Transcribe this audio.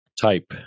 type